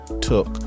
took